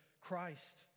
Christ